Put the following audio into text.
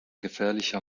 gefährlicher